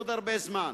עוד הרבה זמן.